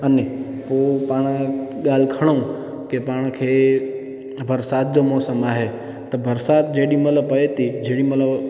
पोइ पाण ॻाल्हि खणूं कि पाण खे बरसाति जो मौसम आहे त बरसाति जेॾी महिल पए थी तेॾी महिल